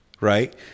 right